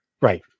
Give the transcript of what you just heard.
Right